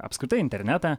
apskritai internetą